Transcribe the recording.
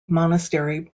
monastery